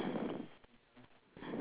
halfway to the ground